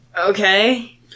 Okay